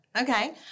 Okay